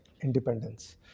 independence